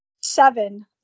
seven